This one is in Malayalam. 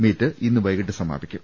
മീറ്റ് ഇന്ന് വൈകിട്ട് സമാപിക്കും